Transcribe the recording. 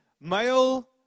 male